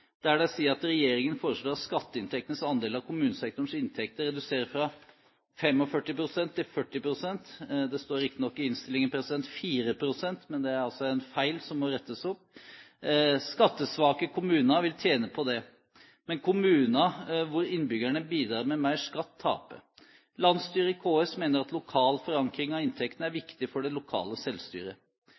der de sier at: «Regjeringen foreslår at skatteinntektenes andel av kommunesektorens inntekter reduseres fra 45 pst. til 40 pst.» Det står riktignok 4 pst. i innstillingen, men det er altså en feil som må rettes opp. Videre: «Skattesvake kommuner vil tjene på det, mens kommuner hvor innbyggerne bidrar med mer skatt taper. Landsstyret i KS mener at lokal forankring av inntektene er viktig for det lokale selvstyret.»